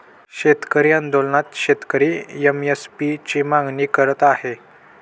शेतकरी आंदोलनात शेतकरी एम.एस.पी ची मागणी करत आहे